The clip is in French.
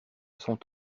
sont